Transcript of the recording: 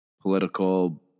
political